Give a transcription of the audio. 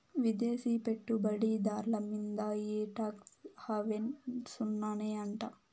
విదేశీ పెట్టుబడి దార్ల మీంద ఈ టాక్స్ హావెన్ సున్ననే అంట